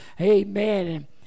Amen